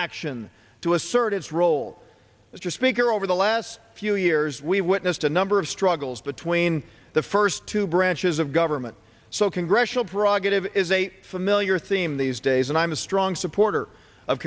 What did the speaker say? action to assert its role as your speaker over the last few years we witnessed a number of struggles between the first two branches of government so congressional prerogatives is a familiar theme these days and i'm a strong supporter of